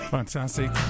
Fantastic